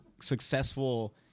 successful